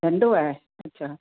धंधो आहे अच्छा